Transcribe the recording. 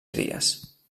cries